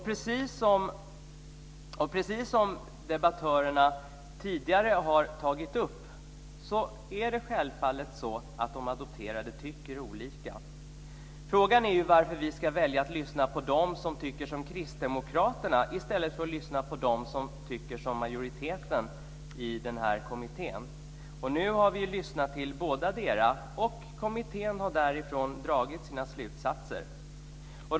Precis som debattörerna tidigare har tagit upp tycker alltså de adopterade olika. Det är självklart. Frågan är varför vi ska välja att lyssna på dem som tycker som Kristdemokraterna i stället för att lyssna på dem som tycker som majoriteten i kommittén. Nu har vi lyssnat till bådadera, och kommittén har dragit sina slutsatser av det.